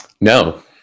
No